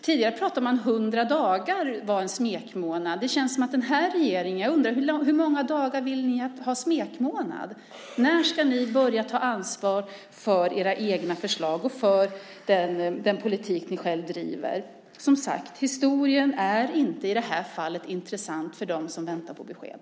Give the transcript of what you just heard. Tidigare pratade man om att hundra dagar var en smekmånad. Jag undrar hur många dagar den här regeringen vill ha smekmånad? När ska ni börja ta ansvar för era egna förslag och för den politik ni själva driver? Som sagt, historien är inte i det här fallet intressant för dem som väntar på besked.